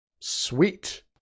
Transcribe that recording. Sweet